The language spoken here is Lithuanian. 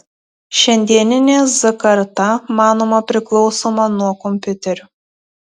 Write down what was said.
šiandieninė z karta manoma priklausoma nuo kompiuterių